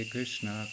Krishna